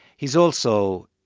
he's also,